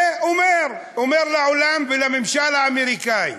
הוא אומר לעולם ולממשל האמריקני: